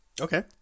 Okay